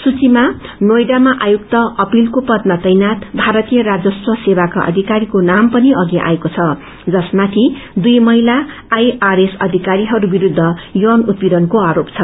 सूचीमा नोयडामा आयुक्त अपीलको पदमा तैनाथ भारतीय राजस्व सेवाका अधिकारीको नाम पनि छ जसमाथि दुइ महिला आईआरएस अधिकारीहरू विस्त्र यौन उत्पीड़नको आरोप छ